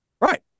Right